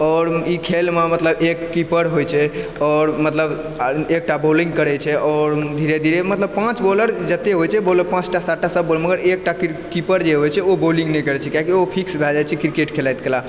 आओर ई खेलमे मतलब एक कीपर होइ छै आओर मतलब एकटा बॉलिंग करै छै आओर धीरे धीरे मतलब पाँच बॉलर जते होइ छै पाँचटा सातटा सब बॉलर मगर एकटा कीपर जे होइ छै ओ बॉलिंग नै करै छै कियाकि ओ फिक्स भए जाइ छै क्रिकेट खेलाइत कला